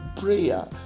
prayer